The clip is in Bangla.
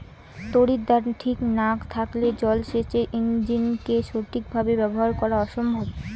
তড়িৎদ্বার ঠিক না থাকলে জল সেচের ইণ্জিনকে সঠিক ভাবে ব্যবহার করা অসম্ভব